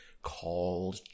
Called